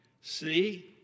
See